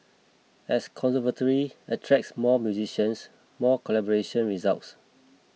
as conservatory attracts more musicians more collaboration results